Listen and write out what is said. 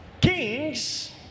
kings